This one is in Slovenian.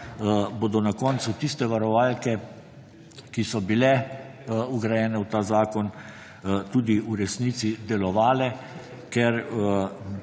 bodo na koncu tiste varovalke, ki so bile vgrajene v ta zakon, tudi v resnici delovale, ker